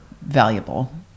valuable